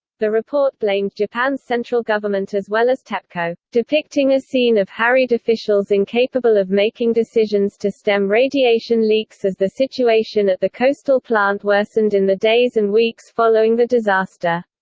the report blamed japan's central government as well as tepco, depicting a scene of harried officials incapable of making decisions to stem radiation leaks as the situation at the coastal plant worsened in the days and weeks following the disaster.